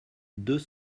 deux